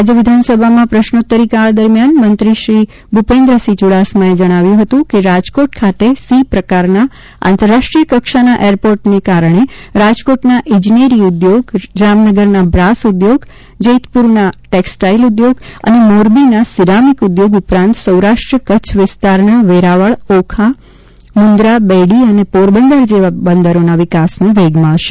રાજ્ય વિધાનસભામાં પ્રશ્નોત્તરીકાળ દરમિયાન મંત્રી શ્રી ભૂપેન્દ્રસિંહ ચુડાસમાએ જણાવ્યું હતું કે રાજકોટ ખાતે સી પ્રકારના આંતરરાષ્ટ્રીય કક્ષાના એરપોર્ટને કારણે રાજકોટના ઇજનેરી ઉદ્યોગ જામનગરના બ્રાસ ઉદ્યોગ જેતપુરના ટેક્સટાઇલ ઉઘ્ઘોગ અને મોરબીના સિરામિક ઉઘ્ઘોગ ઉપરાંત સૌરાષ્ટ્ર કચ્છ વિસ્તારના વેરાવળ ઓખા મુન્દ્રા બેડી અને પોરબંદર જેવા બંદરોના વિકાસને વેગ મળશે